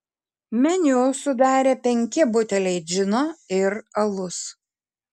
meniu sudarė penki buteliai džino ir alus